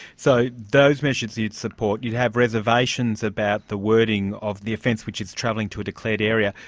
so those measures you'd support. you'd have reservations about the wording of the offence which is travelling to a declared area.